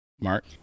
Mark